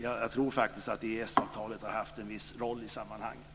Jag tror faktiskt att EES avtalet har haft en viss roll i sammanhanget.